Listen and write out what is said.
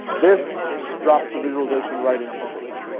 this drops the visualization right into the page.